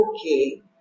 okay